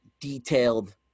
detailed